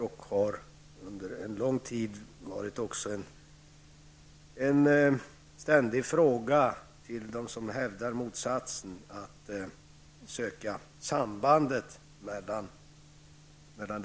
Det har också under lång tid ständigt riktats frågor om sambandet härvidlag.